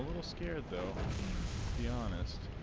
scare though be honest